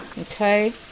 Okay